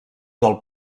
del